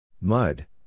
Mud